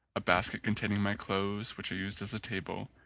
a basket con taining my clothes which i used as a table,